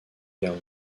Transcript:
guerre